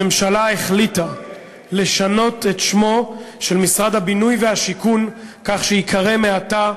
הממשלה החליטה לשנות את שמו של משרד הבינוי והשיכון כך שייקרא מעתה: